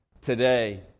today